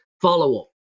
follow-up